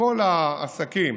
כל העסקים